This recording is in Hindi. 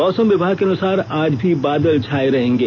मौसम विभाग के अनुसार आज भी बादल छाये रहेंगे